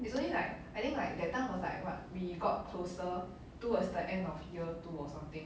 it's only like I didn't like that time was like what we got closer towards the end of year two or something